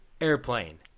Airplane